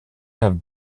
have